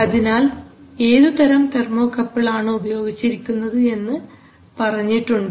അതിനാൽ ഏതു തരം തെർമോകപ്പിൾ ആണ് ഉപയോഗിച്ചിരിക്കുന്നത് എന്ന് പറഞ്ഞിട്ടുണ്ട്